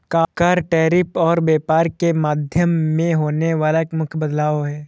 कर, टैरिफ और व्यापार के माध्यम में होने वाला एक मुख्य बदलाव हे